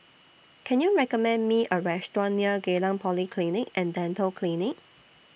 Can YOU recommend Me A Restaurant near Geylang Polyclinic and Dental Clinic